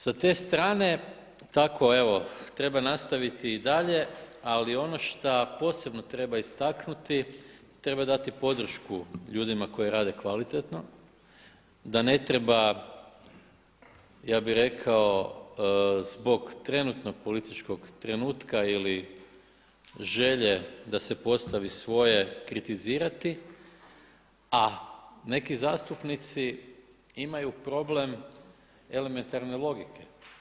Sa te strane, tako evo treba nastaviti i dalje ali ono što posebno treba istaknuti, treba dati podršku ljudima koji rade kvalitetno da ne treba ja bih rekao zbog trenutnog političkog, trenutka ili želje da se postavi svoje kritizirati a neki zastupnici imaju problem elementarne logike.